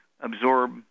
absorb